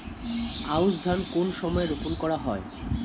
আউশ ধান কোন সময়ে রোপন করা হয়?